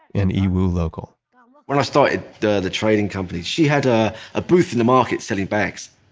and yiwu local when i started the the trading company she had ah a booth in the market selling bags.